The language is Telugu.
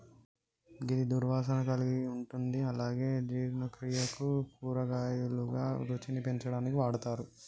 గిది దుర్వాసన కలిగి ఉంటుంది అలాగే జీర్ణక్రియకు, కూరగాయలుగా, రుచిని పెంచడానికి వాడతరు